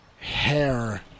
hair